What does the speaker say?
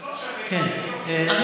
וזה לא משנה חרדי או חילוני,